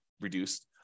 reduced